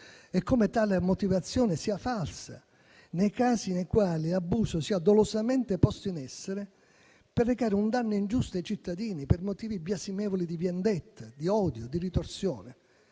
e come tale motivazione sia falsa nei casi nei quali l'abuso sia dolosamente posto in essere per recare un danno ingiusto ai cittadini, per motivi biasimevoli di vendetta, di odio, di ritorsione.